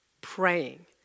praying